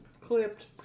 clipped